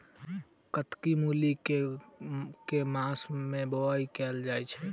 कत्की मूली केँ के मास मे बोवाई कैल जाएँ छैय?